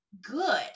good